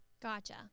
Gotcha